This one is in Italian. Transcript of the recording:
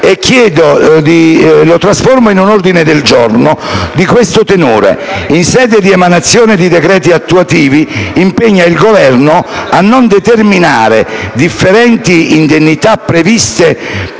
e lo trasformo in un ordine del giorno che, in sede di emanazione dei decreti attuativi, impegna il Governo a non determinare differenti indennità previste